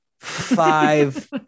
five